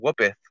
whoopeth